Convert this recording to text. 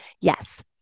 Yes